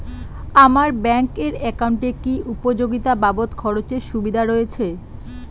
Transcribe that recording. আমার ব্যাংক এর একাউন্টে কি উপযোগিতা বাবদ খরচের সুবিধা রয়েছে?